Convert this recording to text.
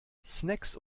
snacks